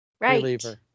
Right